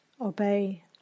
obey